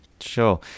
Sure